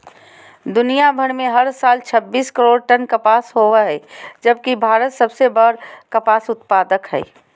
दुनियां भर में हर साल छब्बीस करोड़ टन कपास होव हई जबकि भारत सबसे बड़ कपास उत्पादक हई